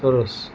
સરસ